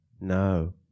No